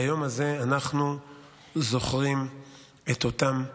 ביום הזה אנחנו זוכרים את אותם נפגעים.